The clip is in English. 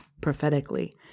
prophetically